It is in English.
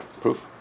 Proof